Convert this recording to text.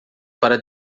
para